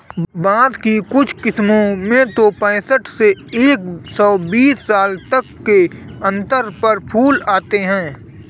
बाँस की कुछ किस्मों में तो पैंसठ से एक सौ बीस साल तक के अंतर पर फूल आते हैं